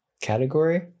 category